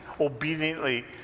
obediently